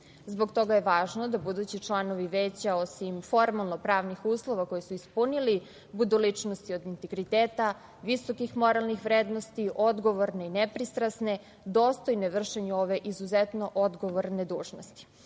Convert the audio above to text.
Zbog toga je važno da budući članovi Veća osim formalno pravnih uslove koje su ispunile budu ličnosti od integriteta, visokih moralnih vrednosti, odgovorne i nepristrasne, dostojne vršenja ove izuzetno odgovorne dužnosti.